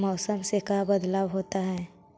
मौसम से का बदलाव होता है?